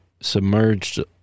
submerged